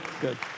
Good